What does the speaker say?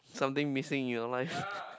something missing in your life